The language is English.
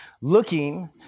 looking